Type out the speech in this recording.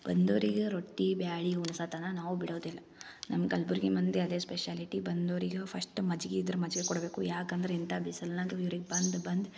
ಬಂದೋರಿಗೆ ರೊಟ್ಟಿ ಬ್ಯಾಳೆ ಉಣ್ಸೊತನಕ ನಾವು ಬಿಡೋದಿಲ್ಲ ನಮ್ಮ ಕಲಬುರ್ಗಿ ಮಂದಿ ಅದೇ ಸ್ಪೆಷ್ಯಾಲಿಟಿ ಬಂದೋರಿಗೂ ಫಸ್ಟ್ ಮಜ್ಗೆ ಇದ್ರೆ ಮಜ್ಗೆ ಕೊಡಬೇಕು ಯಾಕಂದ್ರೆ ಇಂಥ ಬಿಸಲ್ನಗೂ ಇವ್ರಿಗೆ ಬಂದು ಬಂದು